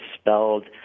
spelled